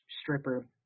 stripper